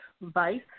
Vice